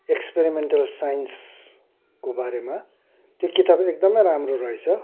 experimental साइन्सको बारेमा त्यो किताब एकदमै राम्रो रहेछ